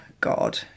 God